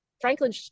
Franklin